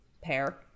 pair